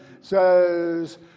says